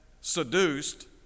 seduced